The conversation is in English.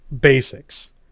basics